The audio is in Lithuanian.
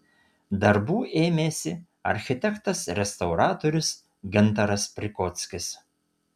darbų ėmėsi architektas restauratorius gintaras prikockis